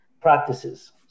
practices